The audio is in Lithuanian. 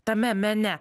tame mene